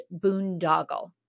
boondoggle